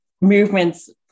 movements